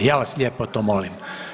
Ja vas lijepo to molim.